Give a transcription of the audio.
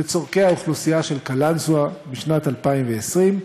צורכי האוכלוסייה של קלנסואה בשנת 2020,